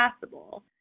possible